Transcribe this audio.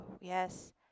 yes